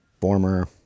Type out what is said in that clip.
former